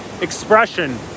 expression